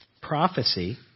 prophecy